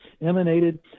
emanated